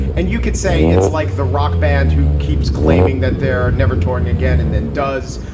and you could say it's like the rock band who keeps claiming that they're never touring again and then does.